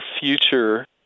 future